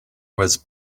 was